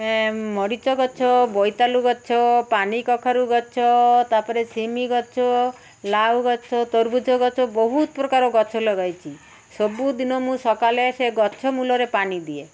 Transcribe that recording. ମରିଚ ଗଛ ବୋଇତ ଆଳୁ ଗଛ ପାଣି କଖାରୁ ଗଛ ତା'ପରେ ସିମି ଗଛ ଲାଉ ଗଛ ତରଭୁଜ ଗଛ ବହୁତ ପ୍ରକାର ଗଛ ଲଗାଇଛି ସବୁଦିନ ମୁଁ ସକାଳେ ସେ ଗଛ ମୂଳରେ ପାଣି ଦିଏ